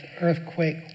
earthquake